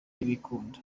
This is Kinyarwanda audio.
bikunda